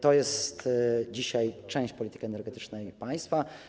To jest dzisiaj część polityki energetycznej państwa.